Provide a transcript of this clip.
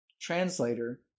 translator